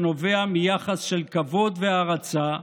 שנובע מיחס של כבוד והערצה,